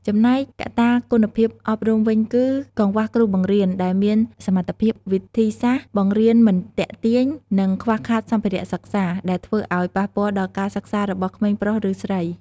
ចំណែកកត្តាគុណភាពអប់រំវិញគឺ កង្វះគ្រូបង្រៀនដែលមានសមត្ថភាព វិធីសាស្រ្តបង្រៀនមិនទាក់ទាញ និងខ្វះខាតសម្ភារៈសិក្សា ដែលធ្វើឲ្យប៉ះពាល់ដល់ការសិក្សារបស់ក្មេងប្រុសឫស្រី។